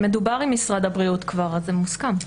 כן, זה מדובר עם משרד הבריאות כבר, אז זה מוסכם.